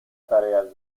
tareas